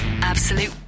Absolute